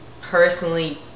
personally